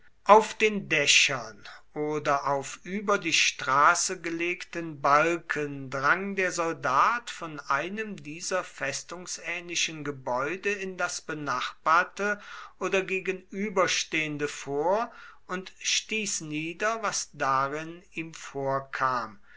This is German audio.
auf den dächern oder auf über die straße gelegten balken drang der soldat von einem dieser festungsähnlichen gebäude in das benachbarte oder gegenüberstehende vor und stieß nieder was darin ihm vorkam